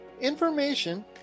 information